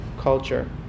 culture